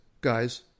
guys